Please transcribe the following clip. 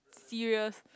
serious